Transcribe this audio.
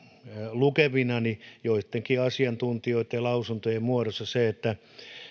lukevinani joittenkin asiantuntijoitten lausuntojen muodossa sen että